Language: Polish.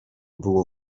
było